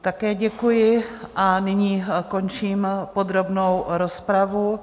Také děkuji a nyní končím podrobnou rozpravu.